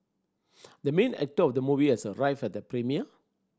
the main actor of the movie has arrived at the premiere